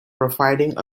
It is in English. providing